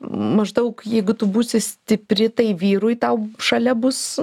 maždaug jeigu tu būsi stipri tai vyrui tau šalia bus